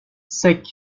sec